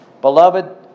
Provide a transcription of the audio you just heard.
Beloved